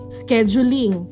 scheduling